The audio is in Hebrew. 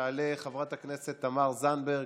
תעלה חברת הכנסת תמר זנדברג.